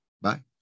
bye